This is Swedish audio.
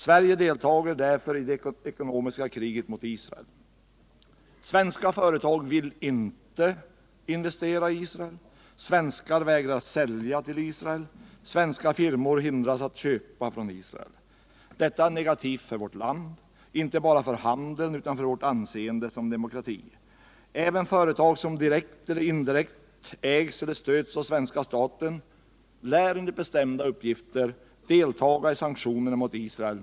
Sverige deltager därför i det ekonomiska kriget mot Israel. Svenska företag vill inte investera i Israel. Svenskar vägrar sälja till Israel. Svenska firmor hindras att köpa från Israel. Detta är negativt för vårt land, inte bara för handeln utan också för vårt anseende som demokrati. Även företag som direkt eller indirekt ägs eller stöds av svenska staten lär enligt bestämda uppgifter deltaga i sanktioner mot Israel.